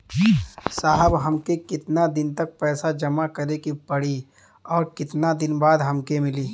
साहब हमके कितना दिन तक पैसा जमा करे के पड़ी और कितना दिन बाद हमके मिली?